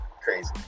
crazy